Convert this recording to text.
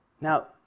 Now